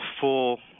full